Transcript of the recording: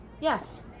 Yes